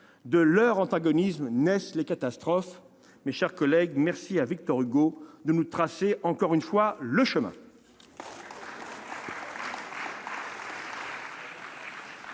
de leur antagonisme naissent les catastrophes. » Mes chers collègues, merci à Victor Hugo de nous tracer encore une fois le chemin